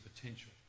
potential